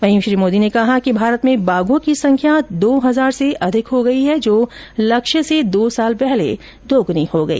वहीं श्री मोदी ने कहा कि भारत मे बाघों की संख्या दो हजार से अधिक हो गई है जो लक्ष्य से दो साल पहले दो गुनी हो गई